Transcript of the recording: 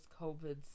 COVID